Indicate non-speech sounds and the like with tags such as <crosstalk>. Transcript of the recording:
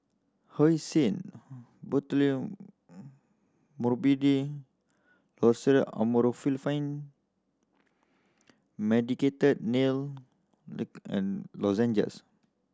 Hyoscine <unintelligible> Loceryl Amorolfine Medicated Nail <unintelligible> and Lozenges